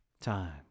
Time